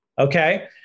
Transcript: Okay